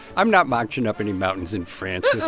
i'm not marching up any mountains in france